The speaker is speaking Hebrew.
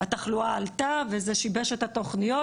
התחלואה עלתה וזה שיבש את התוכניות,